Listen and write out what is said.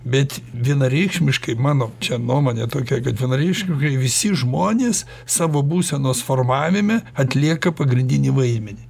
bet vienareikšmiškai mano čia nuomonė tokia kad vienareikšmiškai visi žmonės savo būsenos formavime atlieka pagrindinį vaidmenį